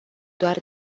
doar